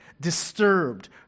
disturbed